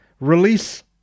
release